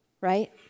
right